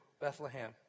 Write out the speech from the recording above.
Bethlehem